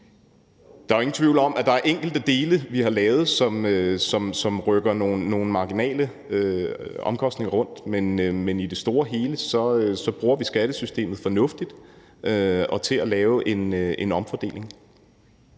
Der er jo ingen tvivl om, at der er enkelte dele af det, vi har lavet, som rykker nogle marginale omkostninger rundt. Men i det store og hele bruger vi skattesystemet fornuftigt og til at lave en omfordeling.